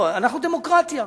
אמרה: